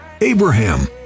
Abraham